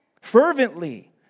Fervently